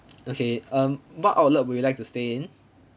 okay um what outlet would you like to stay in